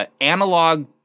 analog